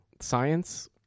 science